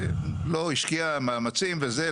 לא השקיע מאמצים וזה.